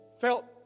Felt